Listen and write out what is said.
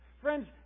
Friends